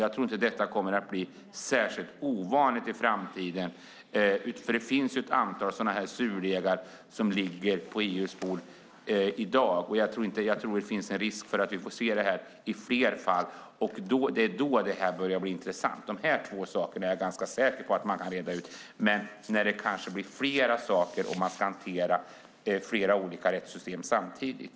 Jag tror inte att detta kommer att bli särskilt ovanligt i framtiden, för det finns ett antal sådana här surdegar som ligger på EU:s bord i dag, och jag tror att det finns en risk för att vi får se det i flera fall. Det här två sakerna är jag ganska säker på att man kan reda ut, men det börjar bli intressant när man ska hantera flera olika rättssystem samtidigt.